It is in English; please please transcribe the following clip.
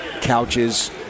couches